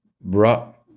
brought